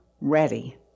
ready